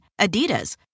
Adidas